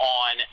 on